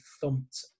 thumped